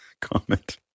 comment